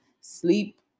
sleep